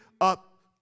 up